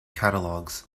catalogs